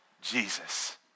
Jesus